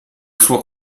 suo